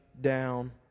down